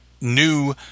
new